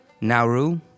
Nauru